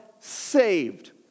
saved